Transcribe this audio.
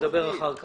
נדבר אחר כך.